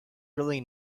really